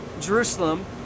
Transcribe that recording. Jerusalem